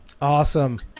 Awesome